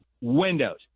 windows